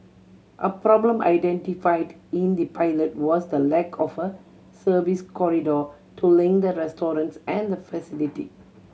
a problem identified in the pilot was the lack of a service corridor to link the restaurants and the facility